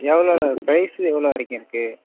எவ்ளோவில் price எவ்வளோ வரைக்கும் இருக்குது